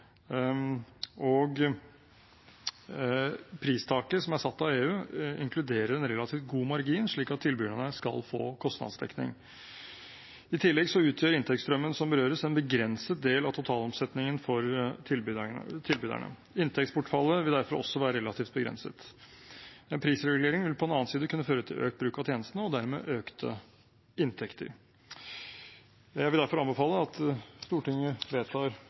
god. Pristaket som er satt av EU, inkluderer en relativt god margin, slik at tilbyderne skal få kostnadsdekning. I tillegg utgjør inntektsstrømmen som berøres, en begrenset del av totalomsetningen for tilbyderne. Inntektsbortfallet vil derfor også være relativt begrenset. En prisregulering vil på den annen side kunne føre til økt bruk av tjenestene og dermed økte inntekter. Jeg vil derfor anbefale at Stortinget vedtar